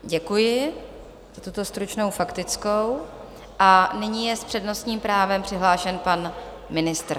Děkuji za tuto stručnou faktickou a nyní je s přednostním právem přihlášen pan ministr.